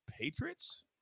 Patriots